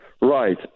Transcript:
Right